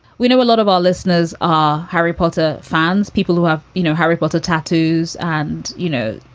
we know a lot of our listeners are harry potter fans, people who are, you know, harry potter tattoos and, you know,